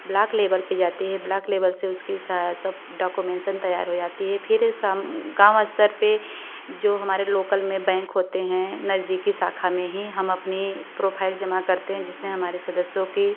block लेबल पर जाता है ब्लॉक लेवल से उसकी सब डाक्यूमेंट्स सब तैयार हो जाते हैं फिर काम स्तर पर जो हमारे लोकल में बैंक होते हैं नज़दीकी शाखा में ही हम अपने प्रोफाइल जमा करते हैं जिस में हमारे सदस्यों की